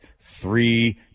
three